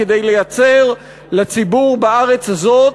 כדי לייצר לציבור בארץ הזאת